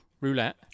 roulette